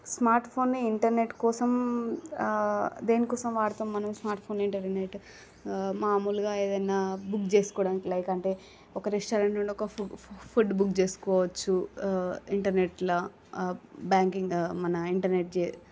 smart ఫోన్ని internet కోసం ఆ దేని కోసం వాడుతాము మనం స్మార్ట్ ఫోన్ ఇంటర్నెట్ ఆ మామూలుగా ఏదన్నా బుక్ చేసుకోవడానికి లైక్ అంటే ఒక రెస్టారెంట్ నుండి ఒక ఫుడ్ బుక్ చేసుకోవచ్చు ఆ ఇంటర్నెట్లో ఆ బ్యాంకింగ్ మన ఇంటర్నెట్ జె